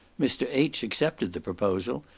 mr. h. accepted the proposal,